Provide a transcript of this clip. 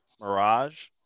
mirage